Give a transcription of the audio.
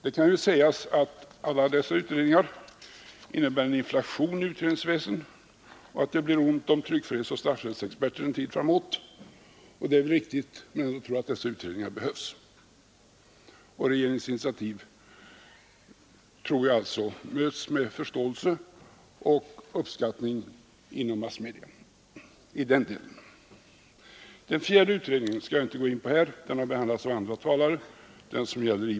Det kan sägas att alla dessa utredningar innebär en inflation i utredningsväsendet och att det blir ont om tryckfrihetsoch straffrättsexperter en tid framåt. Det är riktigt. men jag tror ändå att dessa utredningar behövs. Regeringens initiativ möts troligen med förståelse och uppskattning inom massmedia. Den fjärde utredningen, alltså den som gäller IB-verksamheten i stort, skall jag inte gå in på här.